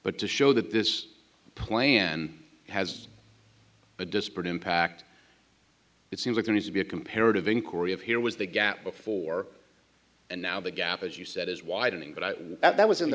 but to show that this plan has a disparate impact it seems like there has to be a comparative inquiry of here was the gap before and now the gap as you said is widening but that was in the